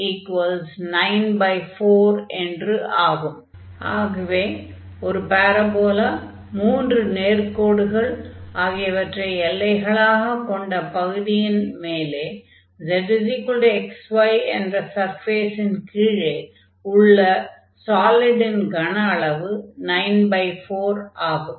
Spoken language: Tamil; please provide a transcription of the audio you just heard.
ஆகவே ஒரு பாரபோலா மூன்று நேர்க்கோடுகள் ஆகியவற்றை எல்லைகளாகக் கொண்ட பகுதியின் மேலே z xy என்ற சர்ஃபேஸின் கீழே உள்ள சாலிடின் கன அளவு 94 ஆகும்